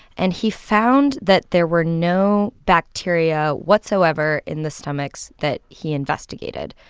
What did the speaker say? and he found that there were no bacteria whatsoever in the stomachs that he investigated.